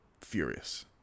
furious